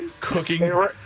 cooking